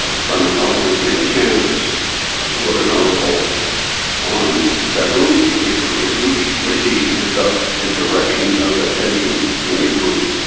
ah primatologist named chance wrote an article on baboon behavior, in which which he discussed the direction of attention in the group.